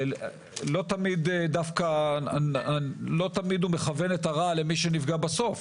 שלא תמיד הוא מכוון את הרעל למי שנפגע בסוף,